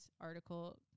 article